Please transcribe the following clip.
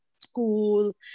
school